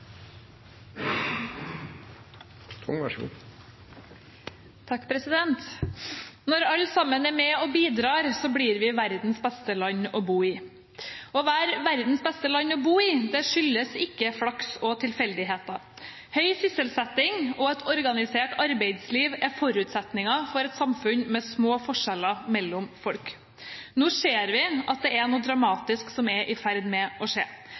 med og bidrar, blir Norge verdens beste land å bo i. Å være verdens beste land å bo i er ikke flaks og tilfeldigheter. Høy sysselsetting og et organisert arbeidsliv er forutsetningen for et samfunn med små forskjeller mellom folk. Nå ser vi at det er noe dramatisk som er i ferd med å skje.